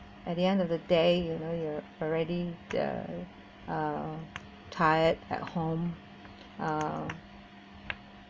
at the end of the day you know you're already the um uh tired at home uh